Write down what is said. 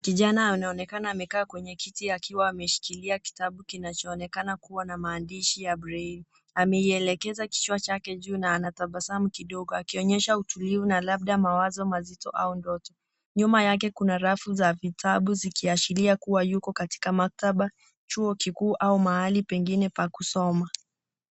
Kijana anaonekana amekaa kwenye kiti akiwa ameshikilia kitabu kinachoonekana kuwa na maandishi ya breli. Ameielekeza kichwa chake juu na anatabasamu kidogo akionyesha utulivu na labda mawazo mazito au ndoto. Nyuma yake kuna rafu za vitabu zikiashiria kuwa yuko katika maktaba, chuo kikuu au mahali pengine pa kusoma.